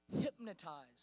hypnotized